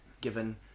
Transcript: given